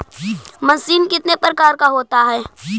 Machine कितने प्रकार का होता है?